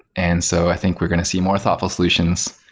and so, i think we're going to see more thoughtful solutions.